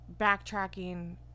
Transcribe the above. backtracking